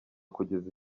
kugeza